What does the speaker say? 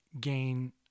gain